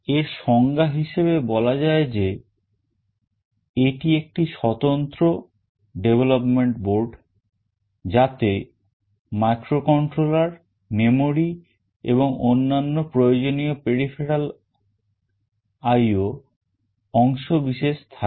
এর সংজ্ঞা হিসেবে বলা যায় যে এটি একটি স্বতন্ত্র development board যাতে microcontroller memory এবং অন্যান্য প্রয়োজনীয় peripheral IO অংশবিশেষ থাকে